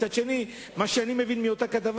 מצד שני, מה שאני מבין מאותה כתבה